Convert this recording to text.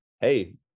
hey